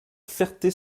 ferté